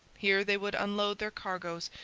here they would unload their cargoes,